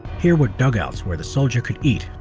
here wooden dugouts, where the soldier could eat,